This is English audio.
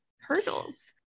hurdles